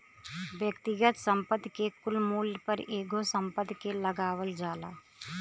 व्यक्तिगत संपत्ति के कुल मूल्य पर एगो संपत्ति के लगावल जाला